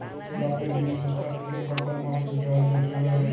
লকদের জ্যনহে সরকার থ্যাকে পরধাল মলতিরি ধল যোজলা দেই